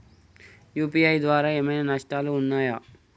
UPI ద్వారా ఏమైనా నష్టాలు ఉన్నయా?